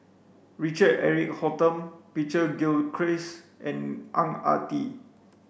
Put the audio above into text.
Richard Eric Holttum Peter Gilchrist and Ang Ah Tee